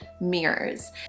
mirrors